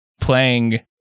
playing